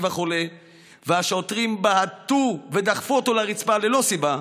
החולה והשוטרים בעטו ודחפו אותו לרצפה ללא סיבה,